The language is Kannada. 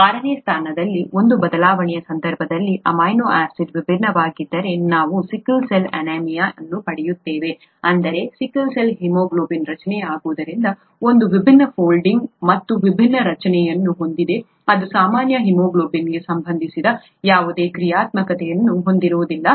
ಆರನೇ ಸ್ಥಾನದಲ್ಲಿ ಒಂದು ಬದಲಾವಣೆಯ ಸಂದರ್ಭದಲ್ಲಿ ಅಮೈನೋ ಆಸಿಡ್ ವಿಭಿನ್ನವಾಗಿದ್ದರೆ ನಾವು ಸಿಕಲ್ ಸೆಲ್ ಅನೀಮಿಯಾ ಅನ್ನು ಪಡೆಯುತ್ತೇವೆ ಅಂದರೆ ಸಿಕಲ್ ಸೆಲ್ ಹಿಮೋಗ್ಲೋಬಿನ್ ರಚನೆಯಾಗುವುದರಿಂದ ಅದು ವಿಭಿನ್ನವಾದ ಫೋಲ್ಡಿಂಗ್ ಮತ್ತು ವಿಭಿನ್ನ ರಚನೆಯನ್ನು ಹೊಂದಿದೆ ಅದು ಸಾಮಾನ್ಯ ಹಿಮೋಗ್ಲೋಬಿನ್ಗೆ ಸಂಬಂಧಿಸಿದೆ ಯಾವುದೇ ಕ್ರಿಯಾತ್ಮಕತೆಯನ್ನು ಹೊಂದಿರುವುದಿಲ್ಲ